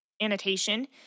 annotation